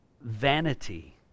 vanity